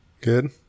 Good